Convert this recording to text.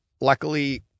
luckily